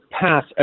pass